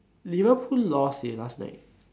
Liverpool lost eh last night